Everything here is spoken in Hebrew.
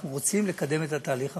אנחנו רוצים לקדם את התהליך המדיני.